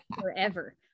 forever